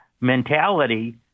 mentality